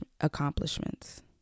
accomplishments